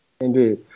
Indeed